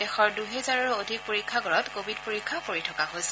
দেশৰ দুহেজাৰৰো অধিক পৰীক্ষাগাৰত কভিড পৰীক্ষা কৰি থকা হৈছে